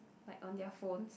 like on their phones